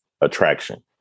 attraction